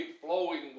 flowing